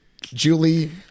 Julie